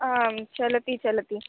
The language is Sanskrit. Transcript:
आं चलति चलति